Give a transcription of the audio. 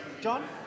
John